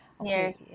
okay